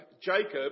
Jacob